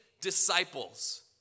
disciples